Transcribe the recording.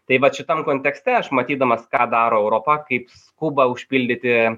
taip vat šitam kontekste aš matydamas ką daro europa kaip skuba užpildyti